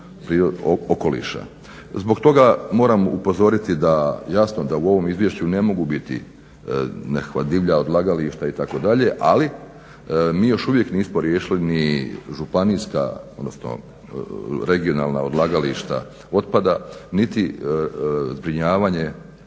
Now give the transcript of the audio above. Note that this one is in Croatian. prirodnog okoliša. Zbog toga moram upozoriti da, jasno da u ovom izvješću ne mogu biti nekakva divlja odlagališta itd. ali mi još uvijek nismo riješili ni županijska, odnosno regionalna odlagališta otpada, niti zbrinjavanje